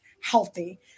healthy